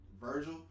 Virgil